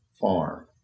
farm